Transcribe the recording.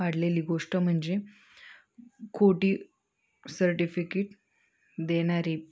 वाढलेली गोष्ट म्हणजे खोटी सर्टिफिकेट देणारे